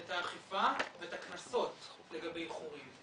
את האכיפה ואת הקנסות לגבי איחורים.